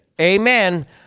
Amen